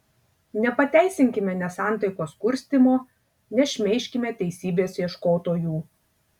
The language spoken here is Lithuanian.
nepateisinkime nesantaikos kurstymo nešmeižkime teisybės ieškotojų